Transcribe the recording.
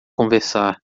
conversar